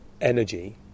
energy